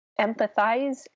empathize